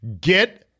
Get